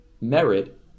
merit